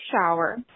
shower